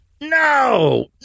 No